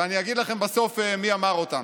ואני אגיד לכם בסוף מי אמר אותם.